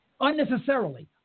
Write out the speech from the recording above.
Unnecessarily